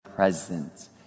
Present